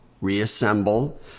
reassemble